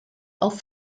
auf